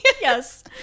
Yes